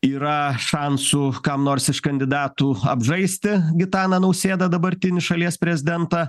yra šansų kam nors iš kandidatų apžaisti gitaną nausėdą dabartinį šalies prezidentą